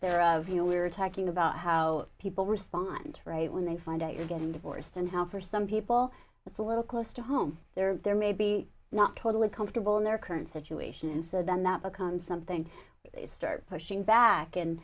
thereof you were talking about how people respond right when they find out you're getting divorced and how for some people it's a little close to home they're there maybe not totally comfortable in their current situation and so then that becomes something start pushing back and